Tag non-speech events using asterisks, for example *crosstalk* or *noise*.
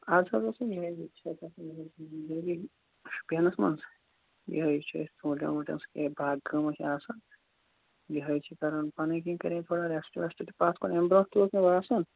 آز کَل اوس *unintelligible* شُپیَنَس منٛز یِہَے چھِ أسۍ ژوٗنٛٹٮ۪ن ووٗنٛٹٮ۪ن سۭتۍ یِہے باغہٕ کٲمہ چھےٚ آسان یِہَے چھِ کَران پَنٕنۍ کِنۍ کَرے تھوڑا رٮ۪سٹ وٮ۪سٹہٕ تہِ پَتھ کُن اَمہِ برٛونٹھ تہِ اوس مےٚ باسان